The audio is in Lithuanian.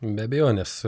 be abejonės